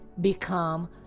become